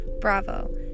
Bravo